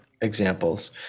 examples